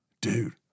dude